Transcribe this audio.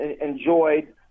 enjoyed